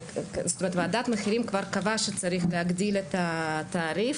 ועדת מחירים כבר קבעה שצריך להגדיל את התעריף,